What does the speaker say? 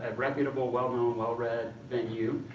and reputable, well-known, well-read venue,